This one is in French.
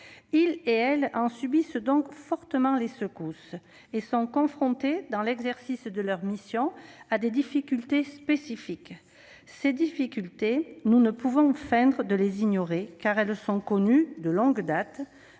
ils et elles subissent donc fortement les secousses qui l'affectent, et sont confrontés, dans l'exercice de leurs missions, à des difficultés spécifiques. Ces difficultés, nous ne pouvons feindre de les ignorer, car elles sont connues de longue date